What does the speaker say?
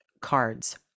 cards